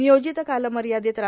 नियोजित कालमर्यादेत रा